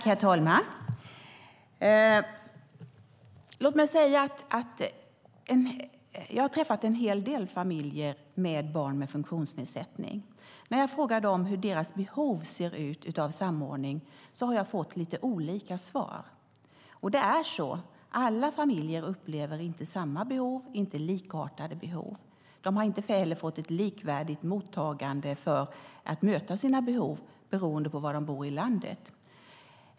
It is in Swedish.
Herr talman! Jag har träffat en hel del familjer med barn med funktionsnedsättning. När jag har frågat dem hur deras behov av samordning ser ut har jag fått lite olika svar. Alla familjer upplever inte samma behov och inte likartade behov. De har inte heller fått ett likvärdigt mottagande, utan det har varit beroende av var de bor i landet.